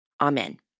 Amen